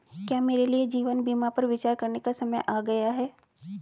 क्या मेरे लिए जीवन बीमा पर विचार करने का समय आ गया है?